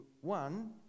One